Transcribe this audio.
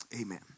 Amen